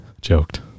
joked